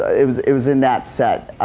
it was it was in that set